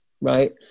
right